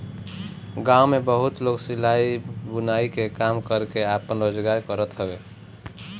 गांव में बहुते लोग सिलाई, बुनाई के काम करके आपन रोजगार करत हवे